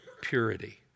purity